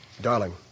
Darling